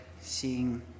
seeing